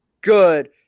good